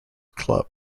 club